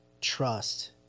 trust